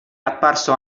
apparso